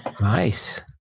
Nice